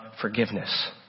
forgiveness